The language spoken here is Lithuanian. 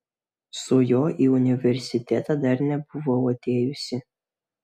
su juo į universitetą dar nebuvau atėjusi